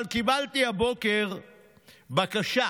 אבל קיבלתי הבוקר בקשה,